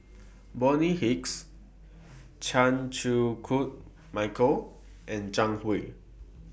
Bonny Hicks Chan Chew Koon Michael and Zhang Hui